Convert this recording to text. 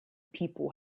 people